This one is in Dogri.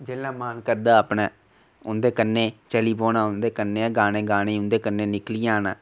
जेल्लै मन करदा उं'दे कन्नै चली पौना कन्नै गै गाने गाने गी उं'दे कन्नै निकली जाना